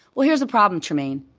well, here's the problem trymaine.